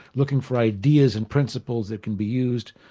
looking for ideas and principles that can be used,